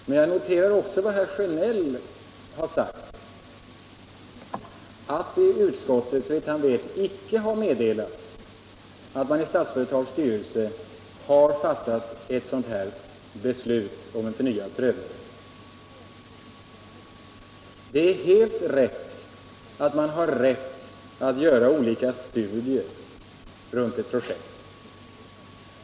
Men jag noterar också vad herr Sjönell sade — att det i utskottet, såvitt han vet, icke har meddelats att man i Statsföretags styrelse har fattat ett beslut om förnyad prövning. Det är helt riktigt att man har rätt att göra olika studier runt ett projekt.